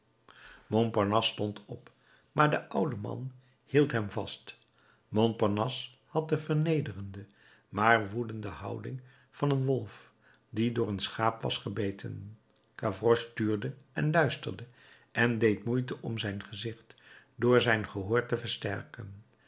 montparnasse stond op maar de oude man hield hem vast montparnasse had de vernederende maar woedende houding van een wolf die door een schaap was gebeten gavroche tuurde en luisterde en deed moeite om zijn gezicht door zijn gehoor te versterken